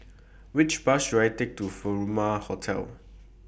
Which Bus should I Take to Furama Hotel